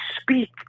speak